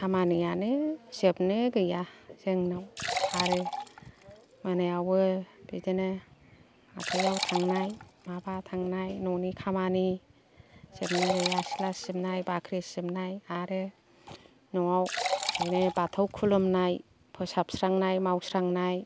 खामानियानो जोबनो गैया जोंनाव आरो मोनायावबो बिदिनो हाथायाव थांनाय माबा थांनाय न'नि खामानि जोबनो गैया सिथला सिबनाय बाख्रि सिबनाय आरो न'आव बाथौ खुलुमनाय फोसाबस्रांनाय मावस्रांनाय